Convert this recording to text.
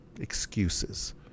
excuses